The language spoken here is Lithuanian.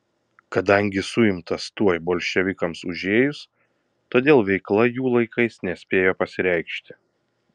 kadangi suimtas tuoj bolševikams užėjus todėl veikla jų laikais nespėjo pasireikšti